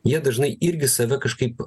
jie dažnai irgi save kažkaip